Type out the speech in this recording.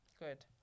Good